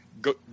Go